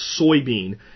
soybean